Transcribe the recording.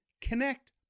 connect